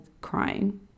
crying